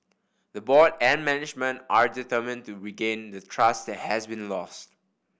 the board and management are determine to regain the trust that has been lost